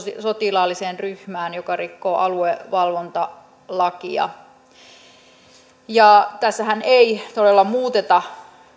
sotilaalliseen ryhmään joka rikkoo aluevalvontalakia tässähän ei todella muuteta